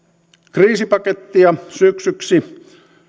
kriisipakettia syksyksi